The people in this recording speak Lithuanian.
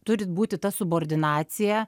turit būti ta subordinacija